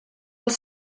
els